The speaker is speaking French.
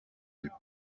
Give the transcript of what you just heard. elle